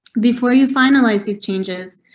before you finalize these changes,